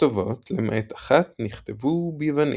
הכתובות למעט אחת נכתבו ביוונית.